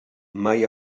mai